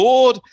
Lord